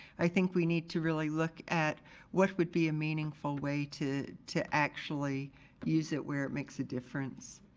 i think we need to really look at what would be a meaningful way to to actually use it where it makes a difference.